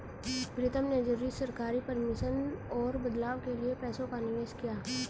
प्रीतम ने जरूरी सरकारी परमिशन और बदलाव के लिए पैसों का निवेश किया